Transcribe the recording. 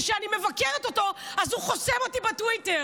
זה שאני מבקרת אותו אז הוא חוסם אותי בטוויטר.